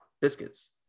biscuits